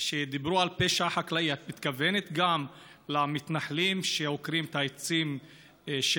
כשדיברו על פשע חקלאי את מתכוונת גם למתנחלים שעוקרים את העצים של